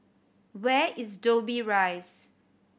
where is Dobbie Rise